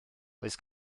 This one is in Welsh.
oes